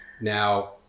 Now